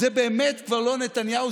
זה באמת כבר לא נתניהו,